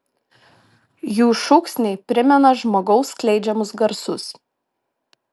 jų šūksniai primena žmogaus skleidžiamus garsus